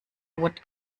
would